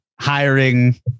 hiring